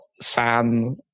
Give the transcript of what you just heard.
Sam